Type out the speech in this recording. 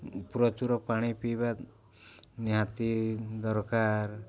ପ୍ରଚୁର ପାଣି ପିଇବା ନିହାତି ଦରକାର